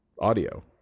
audio